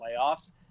playoffs